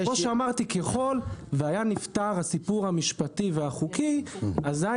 כמו שאמרתי אם הסיפור המשפטי והחוקי היה נפתר אזי